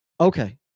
Okay